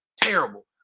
terrible